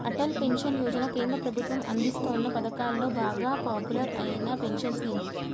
Atal pension Yojana కేంద్ర ప్రభుత్వం అందిస్తోన్న పథకాలలో బాగా పాపులర్ అయిన పెన్షన్ స్కీమ్